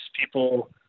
people